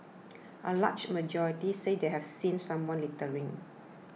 a large majority said they have seen someone littering